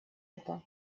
это